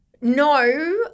No